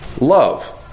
love